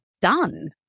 done